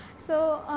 so,